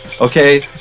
Okay